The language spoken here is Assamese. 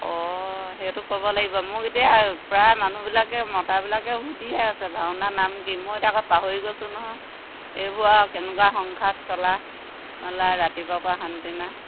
অঁ সেইটো ক'ব লাগিব মোক এতিয়া প্ৰায় মানুহবিলাকে মতাবিলাকে সুধিয়েই আছে ভাওনা নাম কি মই এতিয়া আকৌ পাহৰি গৈছোঁ নহয় এইবোৰ আও কেনেকুৱা সংসাৰত চলা মেলা ৰাতিপুৱাৰ পৰা শান্তি নাই